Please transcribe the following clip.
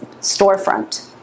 storefront